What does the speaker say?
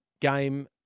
game